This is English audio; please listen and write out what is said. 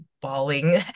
bawling